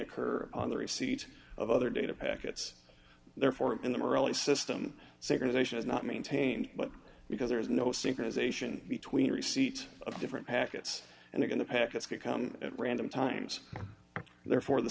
occur on the receipt of other data packets therefore in the early system synchronization is not maintained but because there is no synchronization between receipt of different packets and again the packets could come at random times therefore the